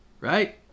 right